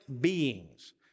beings